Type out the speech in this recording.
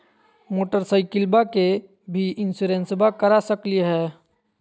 मोटरसाइकिलबा के भी इंसोरेंसबा करा सकलीय है?